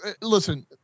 Listen